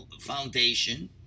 foundation